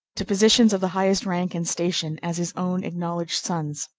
to positions of the highest rank and station, as his own acknowledged sons.